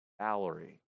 Valerie